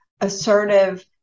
assertive